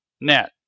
net